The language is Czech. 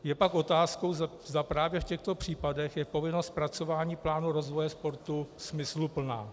Je pak otázkou, zda právě v těchto případech je povinnost zpracování plánu rozvoje sportu smysluplná.